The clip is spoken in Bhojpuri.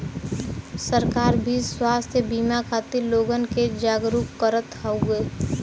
सरकार भी स्वास्थ बिमा खातिर लोगन के जागरूक करत हउवे